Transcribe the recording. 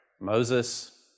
Moses